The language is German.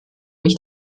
mich